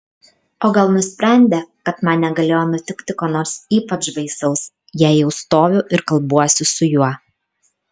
o gal nusprendė kad man negalėjo nutikti ko nors ypač baisaus jei jau stoviu ir kalbuosi su juo